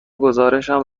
گزارشم